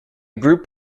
group